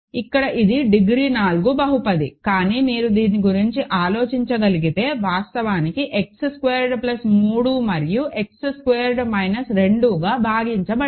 ఇక్కడ ఇది డిగ్రీ 4 బహుపది కానీ మీరు దీని గురించి ఆలోచించగలిగితే వాస్తవానికి X స్క్వేర్డ్ ప్లస్ 3 మరియు X స్క్వేర్డ్ మైనస్ 2గా భాగించబడింది